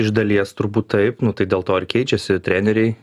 iš dalies turbūt taip nu tai dėl to ir keičiasi treneriai